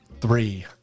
Three